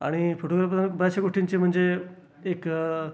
आणि फोटोग्राफी बऱ्याचशा गोष्टींची म्हणजे एक